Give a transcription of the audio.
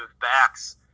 backs